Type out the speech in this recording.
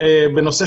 התלונות האלה?